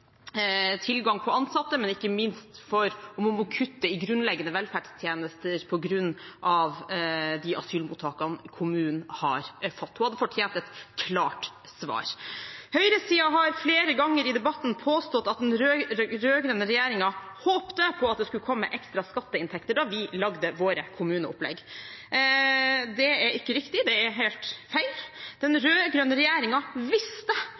om hun må kutte i grunnleggende velferdstjenester på grunn av asylmottakene kommunen har fått. Hun hadde fortjent et klart svar. Høyresiden har flere ganger i debatten påstått at den rød-grønne regjeringen håpet på at det skulle komme ekstra skatteinntekter da vi laget våre kommuneopplegg. Det er ikke riktig, det er helt feil. Den rød-grønne regjeringen visste